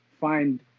find